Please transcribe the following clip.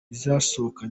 izasohoka